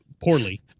poorly